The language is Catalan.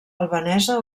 albanesa